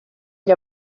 gli